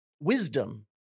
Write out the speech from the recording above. wisdom